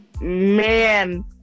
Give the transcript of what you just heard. man